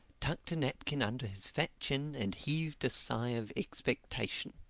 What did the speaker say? tucked a napkin under his fat chin and heaved a sigh of expectation.